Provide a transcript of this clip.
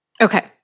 Okay